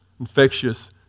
Infectious